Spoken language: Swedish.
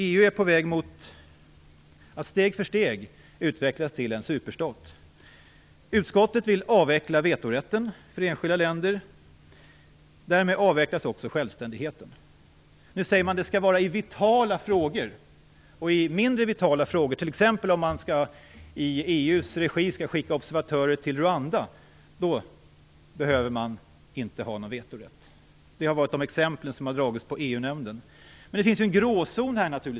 EU är på väg att steg för steg utvecklas till en superstat. Utskottet vill avveckla vetorätten för enskilda länder. Därmed avvecklas också självständigheten. Nu säger man att den skall gälla i vitala frågor. I mindre vitala frågor - t.ex. om man i EU:s regi skall skicka observatörer till Rwanda - behöver man inte ha någon vetorätt. Det har varit de exempel som har dragits i EU-nämnden. Det finns givetvis en gråzon här.